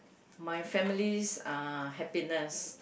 my family's uh happiness